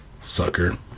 Sucker